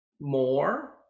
more